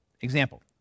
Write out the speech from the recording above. Example